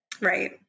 Right